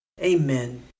Amen